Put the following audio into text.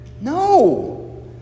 No